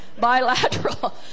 bilateral